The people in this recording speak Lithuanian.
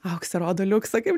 auksė rodo liuksą kaip